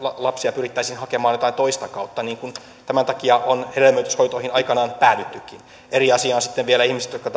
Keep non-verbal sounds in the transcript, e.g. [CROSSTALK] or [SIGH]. lapsia pyrittäisiin hakemaan jotain toista kautta niin kuin tämän takia on hedelmöityshoitoihin aikoinaan päädyttykin eri asia ovat sitten vielä ihmiset jotka [UNINTELLIGIBLE]